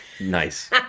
Nice